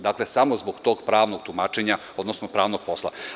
Dakle, samo zbog tog pravnog tumačenja, odnosno pravnog posla.